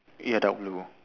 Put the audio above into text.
ya dark blue